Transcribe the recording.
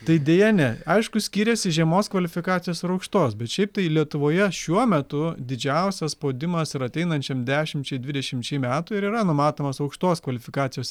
tai deja ne aišku skiriasi žemos kvalifikacijos ir aukštos bet šiaip tai lietuvoje šiuo metu didžiausias spaudimas ir ateinančiam dešimčiai dvidešimčiai metų ir yra numatomos aukštos kvalifikacijos